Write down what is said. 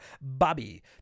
Bobby